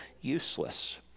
useless